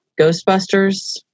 ghostbusters